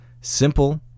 simple